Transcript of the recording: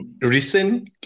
recent